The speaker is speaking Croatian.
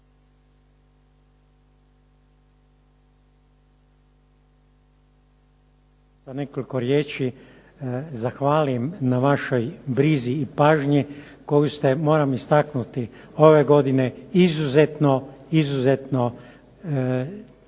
sa nekoliko riječi zahvalim na vašoj brizi i pažnji koju ste, moram istaknuti, ove godine izuzetno temeljito